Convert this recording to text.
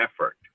effort